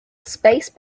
space